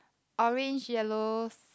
orange yellow